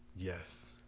Yes